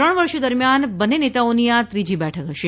ત્રણ વર્ષ દરમ્યાન બન્ને નેતાઓની આ ત્રીજી બેઠક હશે